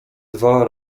dwa